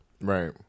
Right